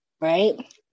right